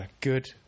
good